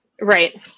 Right